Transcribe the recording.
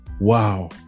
wow